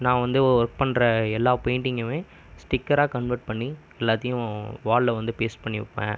நான் வந்து ஒர்க் பண்ணுற எல்லா பெயிண்ட்டிங்குமே ஸ்டிக்கராக கன்வர்ட் பண்ணி எல்லாத்தையும் வாலில் வந்து பேஸ்ட் பண்ணி வைப்பேன்